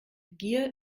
gier